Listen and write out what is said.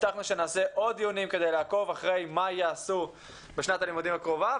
הבטחנו שנעשה עוד דיונים כדי לעקוב אחרי מה יעשו בשנת הלימודים הקרובה,